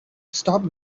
stop